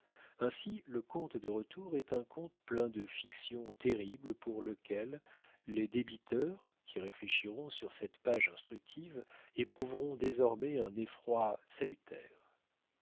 ainsi le compte de retour est un conte plein de fictions terribles pour lequel les débiteurs qui réfléchiront sur cette page instructive éprouveront désormais un effroi salutaire